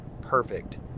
perfect